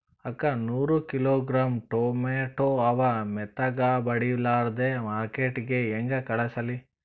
ಅಕ್ಕಾ ನೂರ kilogram tomato ಅವ, ಮೆತ್ತಗಬಡಿಲಾರ್ದೆ ಮಾರ್ಕಿಟಗೆ ಹೆಂಗ ಕಳಸಲಿ?